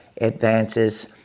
advances